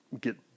get